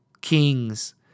Kings